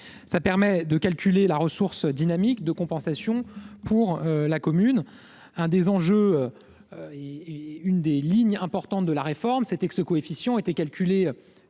Cela permet de calculer la ressource dynamique de compensation pour la commune. L'une des lignes importantes de la réforme, c'était que ce coefficient était calculé